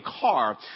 car